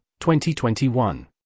2021